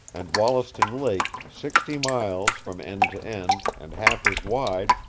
and wollaston lake, sixty miles from end to end, and half as wide,